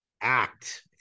act